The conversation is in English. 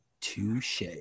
Touche